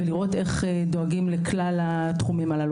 לראות איך דואגים לכלל התחומים הללו.